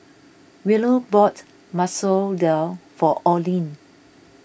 Willow bought Masoor Dal for Olene